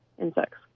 insects